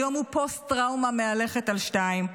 היום הוא פוסט-טראומה מהלכת על שתיים,